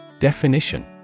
Definition